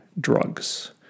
drugs